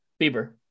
bieber